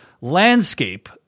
landscape